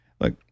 Look